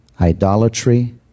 idolatry